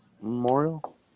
Memorial